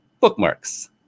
bookmarks